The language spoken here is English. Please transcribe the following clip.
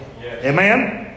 Amen